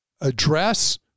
address